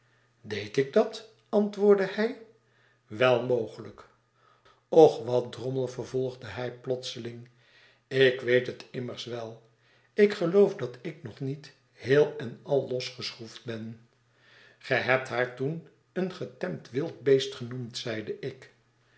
deed ik dat antwoordde hij wel mogelijk och wat drommel vervolgde hij plotseling ik weet het immers wel ik geloof dat ik nog niet heel en al losgeschroefd ben ge hebt haar toen een getemd wild beest genoemd zeide ik